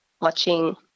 watching